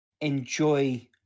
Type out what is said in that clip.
enjoy